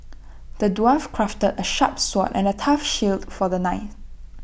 the dwarf crafted A sharp sword and A tough shield for the knight